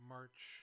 March